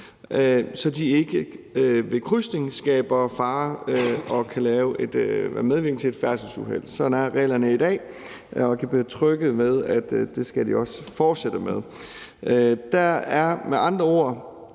så de ikke ved krydsning skaber fare og kan være medvirkende til et færdselsuheld. Sådan er reglerne i dag, og jeg kan betrygge med, at det skal de også fortsætte med.